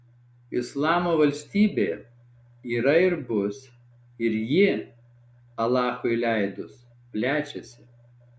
islamo valstybė yra ir bus ir ji alachui leidus plečiasi